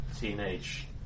teenage